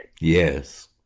Yes